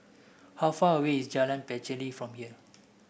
how far away is Jalan Pacheli from here